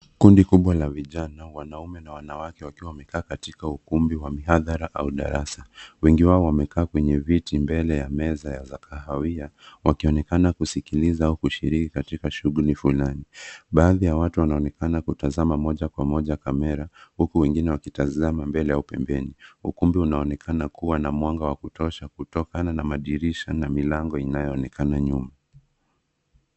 Kundi kubwa la vijana wanaume na wanawake wakiwa wamekaa katika ukumbi wa mihadhara au darasa. Wengi wao wamekaa kwenye viti mbele ya meza za kahawia, wakionekana kusikiliza au kushiriki katika shughuli fulani. Baadhi ya watu wanaonekana kutazama moja kwa moja kamera, huku wengine wakitazama mbele au pembeni. Ukumbi unaonekana kuwa na mwanga wa kutosha, kutokana na madirisha na milango inayoonekana nyuma.